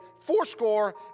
fourscore